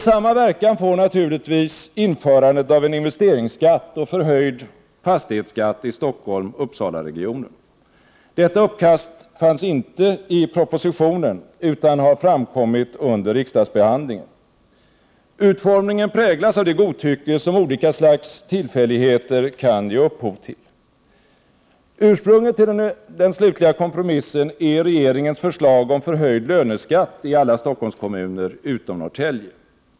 Samma verkan får naturligtvis införandet av en investeringsskatt och förhöjd fastighetsskatt i Stockholm — Uppsala-regionen. Detta uppslag fanns inte i propositionen utan har framkommit under riksdagsbehandlingen. Utformningen präglas av det godtycke som olika slags tillfälligheter kan ge upphov till. Ursprunget till den slutliga kompromissen är regeringens förslag om en förhöjd löneskatt i alla Stockholmskommuner utom Norrtälje.